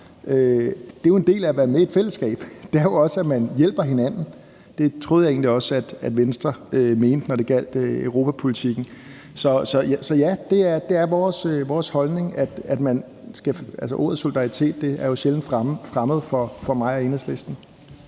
Det er jo en del af at være med i et fællesskab. Det er jo også, at man hjælper hinanden. Det troede jeg egentlig også Venstre mente, når det gjaldt europapolitikken. Så ja, det er vores holdning. Ordet solidaritet er jo sjældent fremmed for mig og Enhedslisten.